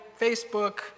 Facebook